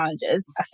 challenges